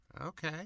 Okay